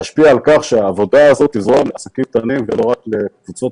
יש לה היכולת להשפיע על כך שהעבודה תזרום לעסקים קטנים ולא רק לקבוצות